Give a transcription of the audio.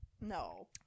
no